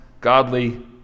godly